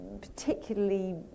particularly